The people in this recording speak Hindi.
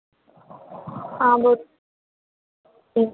हाँ बोल